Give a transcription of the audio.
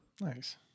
nice